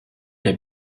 der